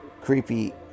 creepy